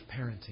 parenting